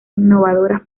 innovadoras